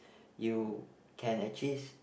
you can actually